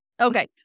Okay